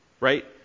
right